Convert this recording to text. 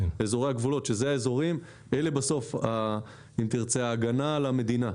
זאת בסוף ההגנה על המדינה,